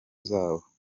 zabo